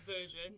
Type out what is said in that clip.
version